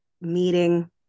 meeting